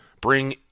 bring